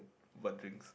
what drink